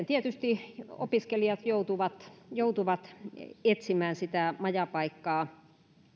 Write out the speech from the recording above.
tietysti opiskelijat joutuvat joutuvat etsimään majapaikkaa